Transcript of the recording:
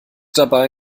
dabei